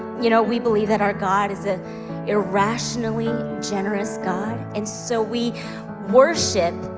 you know we believe that our god is a irrationally generous god. and so we worship,